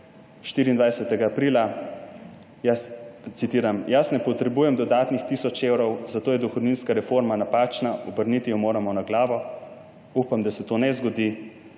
24. aprila, citiram: »Jaz ne potrebujem dodatnih tisoč evrov, zato je dohodninska reforma napačna, obrniti jo moramo na glavo«, se ne zgodi.